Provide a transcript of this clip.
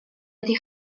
wedi